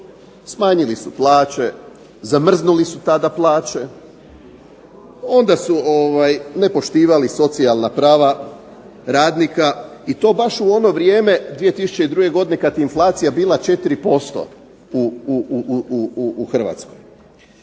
Smanjili su plaće, zamrznuli su tada plaće, onda su nepoštivali socijalna prava radnika i to baš u ono vrijeme 2002. godine, kada je inflacija bila 4% u Hrvatskoj.